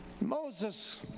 Moses